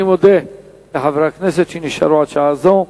אני מודה לחברי הכנסת שנשארו עד שעה זו.